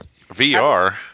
VR